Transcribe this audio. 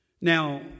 Now